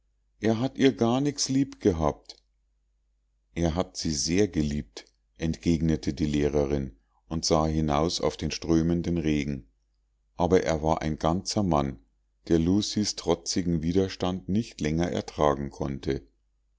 er hat ihr gar nix lieb gehabt er hat sie sehr geliebt entgegnete die lehrerin und sah hinaus auf den strömenden regen aber er war ein ganzer mann der lucies trotzigen widerstand nicht länger ertragen konnte